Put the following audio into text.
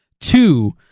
two